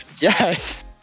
Yes